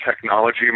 technology